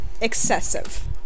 excessive